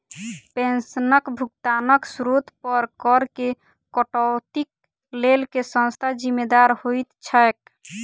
पेंशनक भुगतानक स्त्रोत पर करऽ केँ कटौतीक लेल केँ संस्था जिम्मेदार होइत छैक?